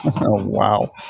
wow